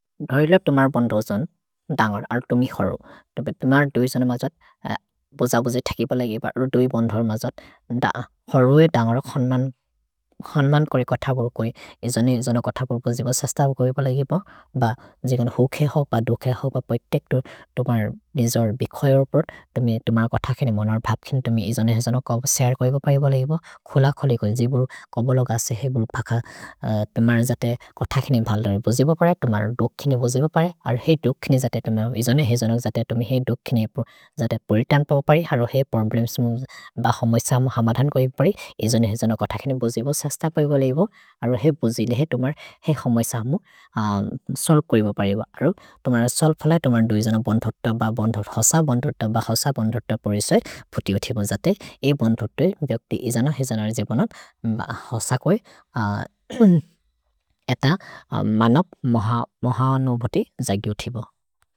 धैलेब् तुम्हर् बन्धोसन् धन्गर् अर् तुम्हि हरो। तुम्हर् दुइ सोन मजत् बोज-बोज थकि बलगि एब अर् दुइ बन्धोसन् मजत् हरो ए धन्गर खन्मन् करि कथबुर् कोइ। इजनि इजन कथबुर् बोजिब सस्तबुर् कोइ बलगि एब। भ जिगन् हुखे हौ ब दुखे हौ ब बै तेक्तुर् तुम्हर् निजोर् बिखोइ ओपुर्। तुम्हि तुम्हर् कथकिनि मनर् भप्खिन् तुम्हि इजनि इजन कपो शरे कोइ बलगि एब। तुम्हर् खुल खलिकोन् जिबुर् कबल गसे हेइ बुरु पख। तुम्हर् जते कथकिनि बलगि बोजिब परे। तुम्हर् दुखेनि बोजिब परे। अर् हेइ दुखेनि जते तुम्हर् इजनि हेइ जन जते तुम्हि हेइ दुखेनि जते परितन् पपरि। अरो हेइ प्रोब्लेम्स् ब हमैस हमु हमधन् कोइ एब परि। इजनि हेइ जन कथकिनि बोजिब सस्तबुर् कोइ बलगि एब। अरो हेइ बोजिबे हेइ तुम्हर् हेइ हमैस हमु सोल् कोइ एब परि एब। अरो तुम्हर् सोल् फल तुम्हर् दुजन बन्थोत ब बन्थोत हस बन्थोत ब हस बन्थोत परे सए फुतिओ थिब। जते ए बन्थोतो ए बिअक्ति इजन हेइ जन रेजे बनन् ब हस कोइ। एत मनप् मह अनुभति जगिओ थिब।